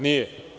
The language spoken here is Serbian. Nije.